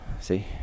See